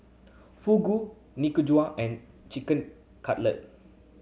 Fugu Nikujaga and Chicken Cutlet